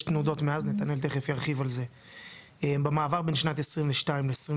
יש תנודת מאז - נתנאל תיכף ירחיב על זה - במעבר בין שנת 22 ל-23,